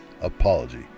Apology